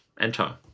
Enter